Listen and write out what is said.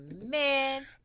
man